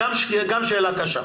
גם לשאלות קשות.